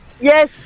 Yes